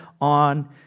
on